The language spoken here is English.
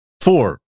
Four